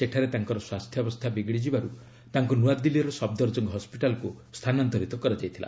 ସେଠାରେ ତାଙ୍କର ସ୍ୱାସ୍ଥ୍ୟାବସ୍ଥା ବିଗିଡ଼ି ଯିବାରୁ ତାଙ୍କୁ ନୂଆଦିଲ୍ଲୀର ସଫଦରଜଙ୍ଗ ହସ୍ପିଟାଲକୁ ସ୍ଥାନାନ୍ତରିତ କରାଯାଇଥିଲା